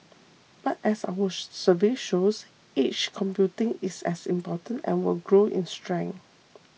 but as our survey shows edge computing is as important and will grow in strength